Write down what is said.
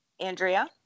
Andrea